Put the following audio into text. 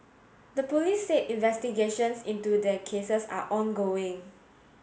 the police said investigations into their cases are ongoing